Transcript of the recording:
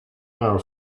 our